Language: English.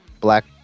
black